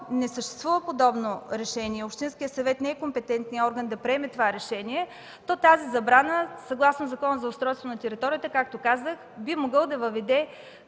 не съществува подобно решение и общинският съвет не е компетентният орган да приеме това решение, то тази забрана съгласно Закона за устройство на територията, както казах, би могъл да въведе